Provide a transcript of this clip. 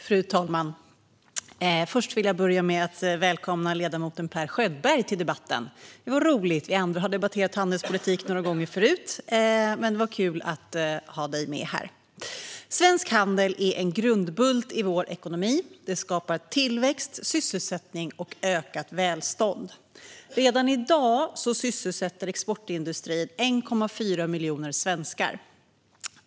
Fru talman! Jag vill börja med att välkomna ledamoten Per Schöldberg till debatten. Vi andra har debatterat handelspolitik några gånger tidigare. Men det är kul att ha dig med här, Per Schöldberg. Svensk handel är en grundbult i vår ekonomi. Den skapar tillväxt, sysselsättning och ökat välstånd. Redan i dag sysselsätter exportindustrin 1,4 miljoner svenskar.